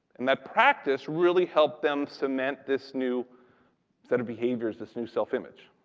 and that practice really helped them cement this new set of behaviors, this new self image.